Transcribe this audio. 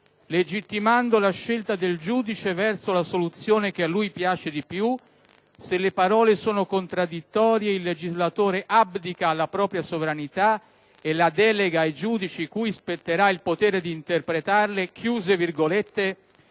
legittimando la scelta del giudice verso la soluzione che a lui piace di più (...) se le parole sono contraddittorie, il legislatore abdica alla propria sovranità e la delega ai giudici, cui spetterà il potere di interpretarle», e indica